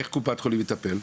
איך קופת חולים מטפלת?